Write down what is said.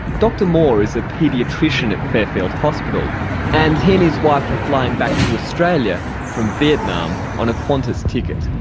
dr moore is a paediatrician at fairfield hospital and he and his wife were flying back to australia from vietnam on a qantas ticket.